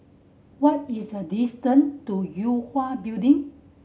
what is the distant to Yue Hwa Building